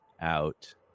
out